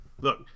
Look